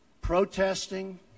protesting